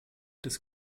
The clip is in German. des